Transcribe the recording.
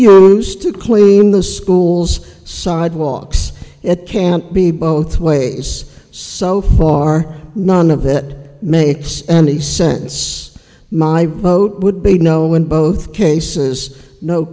loose to clean the schools sidewalks it can't be both ways so far none of it makes any sense my boat would be no in both cases no